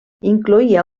incloïa